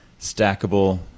stackable